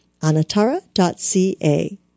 Anatara.ca